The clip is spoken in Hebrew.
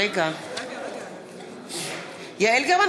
בעד